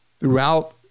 Throughout